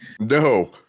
no